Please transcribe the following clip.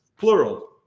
Plural